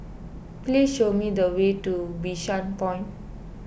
please show me the way to Bishan Point